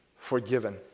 forgiven